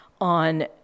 on